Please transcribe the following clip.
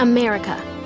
America